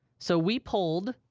so we pulled,